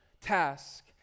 task